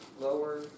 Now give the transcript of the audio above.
lower